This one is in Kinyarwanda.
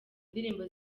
indirimbo